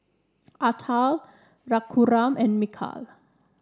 Atal Raghuram and Milkha